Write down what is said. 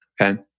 Okay